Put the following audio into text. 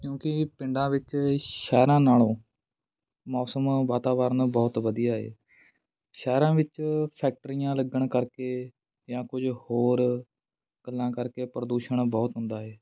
ਕਿਉਂਕਿ ਪਿੰਡਾਂ ਵਿੱਚ ਸ਼ਹਿਰਾਂ ਨਾਲੋਂ ਮੌਸਮ ਵਾਤਾਵਰਨ ਬਹੁਤ ਵਧੀਆ ਹੈ ਸ਼ਹਿਰਾਂ ਵਿੱਚ ਫੈਕਟਰੀਆਂ ਲੱਗਣ ਕਰਕੇ ਜਾਂ ਕੁਝ ਹੋਰ ਗੱਲਾਂ ਕਰਕੇ ਪ੍ਰਦੂਸ਼ਣ ਬਹੁਤ ਹੁੰਦਾ ਹੈ